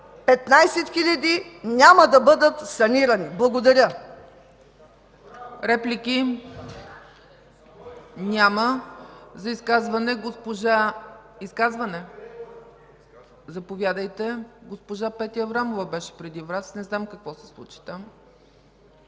18 700 няма да бъдат санирани. Благодаря.